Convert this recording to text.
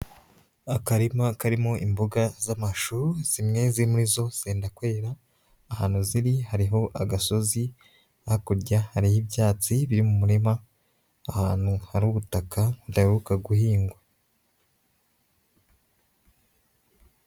Akarima karimo imboga z'amashu zimwe ziri muri zo zenda kwera, ahantu ziri hariho agasozi hakurya hari y'ibyatsi biri mu murima ahantu hari ubutaka budaheruka guhingwa.